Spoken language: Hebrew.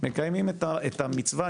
מקיימים את המצווה.